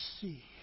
see